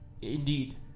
indeed